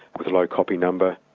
with low copy number,